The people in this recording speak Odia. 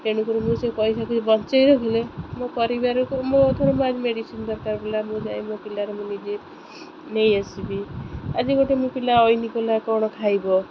ତେଣୁକରି ମୁଁ ସେଇ ପଇସା କିଛି ବଞ୍ଚାଇ ରଖିଲେ ମୋ ପରିବାରକୁ ମୋ ଧର ମୋ ଆଜି ମେଡ଼ିସିନ୍ ଦରକାର ପଡ଼ିଲା ମୁଁ ଯାଇ ମୋ ପିଲାର ମୁଁ ନିଜେ ନେଇ ଆସିବି ଆଜି ଗୋଟେ ମୋ ପିଲା ଐନି କଲା କ'ଣ ଖାଇବ